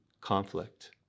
conflict